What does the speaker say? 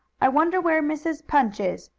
i wonder where mrs. punch is?